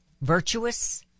virtuous